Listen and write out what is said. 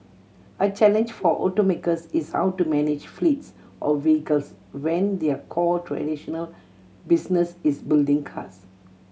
a challenge for automakers is how to manage fleets of vehicles when their core traditional business is building cars